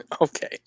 Okay